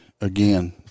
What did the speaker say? again